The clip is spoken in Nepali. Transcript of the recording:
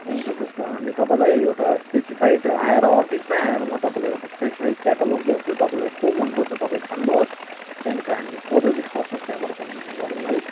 हुन्छ त्यसो भए हामी तपाईँलाई एउटा स्पेसिफाइड आएर अफिसमै आएर म तपाईँलाई एउटा स्पेसिफाइड क्याटलग देखाउँछु तपाईँलाई को मनपर्छ तपाईँ छान्नुहोस् त्यहाँदेखि यता हामी फर्दर डिस्कसन त्यहाँबाट कन्टिन्यू गरौँ न है